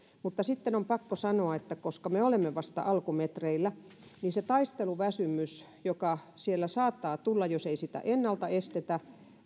mutta sitten on pakko sanoa ja pitää muistaa koska me olemme vasta alkumetreillä että se taisteluväsymys joka siellä saattaa tulla jos ei sitä ennalta estetä